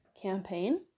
campaign